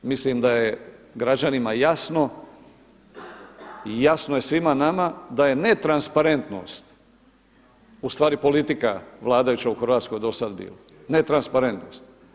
Mislim da je građanima jasno i jasno je svima nama da je netransparentnost u stvari politika vladajuća u Hrvatskoj do sad bila, netransparentnost.